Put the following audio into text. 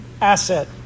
asset